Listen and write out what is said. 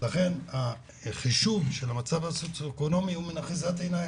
לכן החישוב של המצב הסוציו-אקונומי הוא אחיזת עיניים,